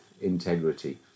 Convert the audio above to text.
integrity